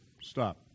stop